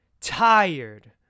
Tired